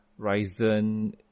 Ryzen